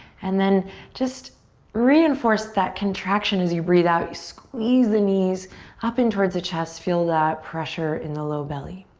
and then just reinforce that contraction as you breathe out. squeeze the knees up in towards the chest, feel that pressure in the low belly.